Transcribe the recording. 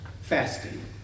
Fasting